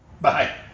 Bye